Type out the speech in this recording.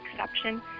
exception